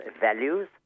values